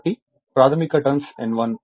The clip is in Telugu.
కాబట్టి ప్రాధమిక టార్న్స్ N1